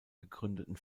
gegründeten